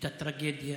את הטרגדיה